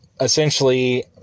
essentially